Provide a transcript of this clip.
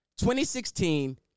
2016